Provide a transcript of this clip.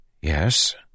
Yes